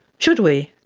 should we?